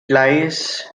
lies